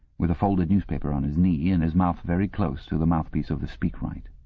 with a folded newspaper on his knee and his mouth very close to the mouthpiece of the speakwrite.